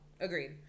Agreed